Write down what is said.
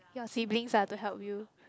your siblings ah to help you